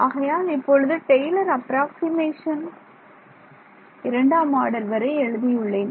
ஆகையால் இப்பொழுது Taylor approximation இரண்டாம் ஆர்டர் வரை எழுதியுள்ளேன்